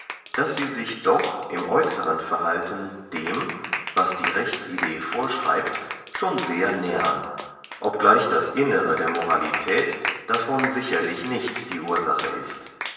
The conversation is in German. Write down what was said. daß sie sich doch im äußeren verhalten dem was die rechtsidee vorschreibt schon sehr nähern ob gleich das innere der moralität davon sicherlich nicht die ursache ist